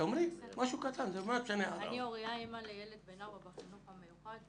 אימא לילד בן 4 בחינוך המיוחד,